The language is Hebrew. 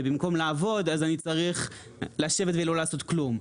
ובמקום לעבוד אני אצטרך לשבת ולא לעשות כלום.